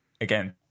again